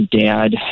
dad